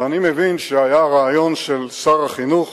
אבל אני מבין שהיה רעיון של שר החינוך